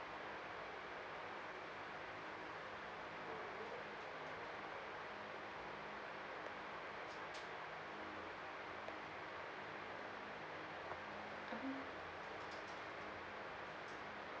mmhmm